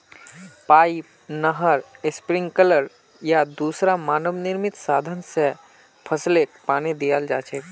pipe, नहर, sprinkler या दूसरा मानव निर्मित साधन स फसलके पानी दियाल जा छेक